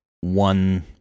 one